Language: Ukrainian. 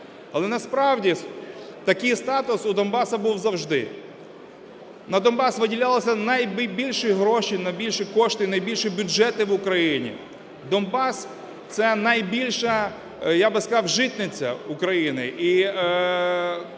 Але насправді такий статус у Донбасу був завжди: на Донбас виділялись найбільші гроші, найбільші кошти, найбільші бюджети в Україні. Донбас – це найбільша, я би сказав, житниця України,